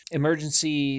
emergency